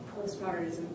postmodernism